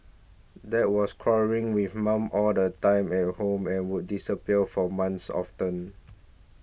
dad was quarrelling with mum all the time at home and would disappear from months often